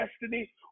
destiny